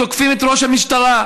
כשתוקפים את ראש המשטרה,